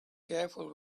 careful